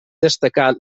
destacat